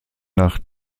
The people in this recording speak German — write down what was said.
nach